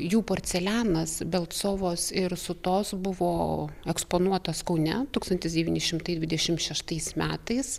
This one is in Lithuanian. jų porcelianas belclovos ir sutos buvo eksponuotas kaune tūkstantis devyni šimtai dvidešim šeštais metais